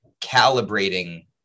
calibrating